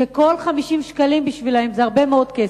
שכל 50 שקלים בשבילם זה הרבה מאוד כסף.